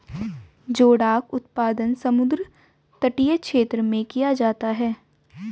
जोडाक उत्पादन समुद्र तटीय क्षेत्र में किया जाता है